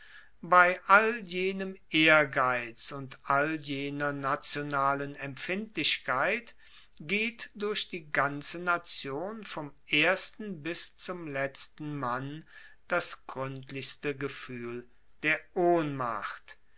bei all jenem ehrgeiz und all jener nationalen empfindlichkeit geht durch die ganze nation vom ersten bis zum letzten mann das gruendlichste gefuehl der ohnmacht